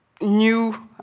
new